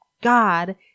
God